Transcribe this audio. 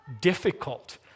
difficult